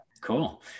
Cool